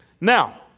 Now